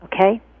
Okay